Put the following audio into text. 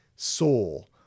soul